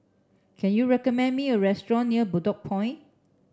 can you recommend me a restaurant near Bedok Point